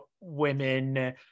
women